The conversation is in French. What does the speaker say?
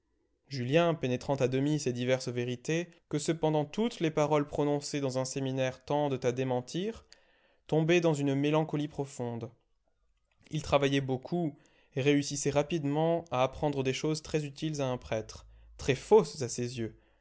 julien pénétrant à demi ces diverses vérités que cependant toutes les paroles prononcées dans un séminaire tendent à démentir tombait dans une mélancolie profonde il travaillait beaucoup et réussissait rapidement à apprendre des choses très utiles à un prêtre très fausses à ses yeux